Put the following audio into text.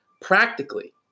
practically